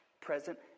present